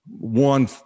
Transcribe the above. one